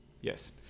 yes